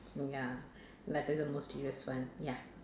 ya like this the most dearest one ya